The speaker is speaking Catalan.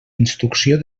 instrucció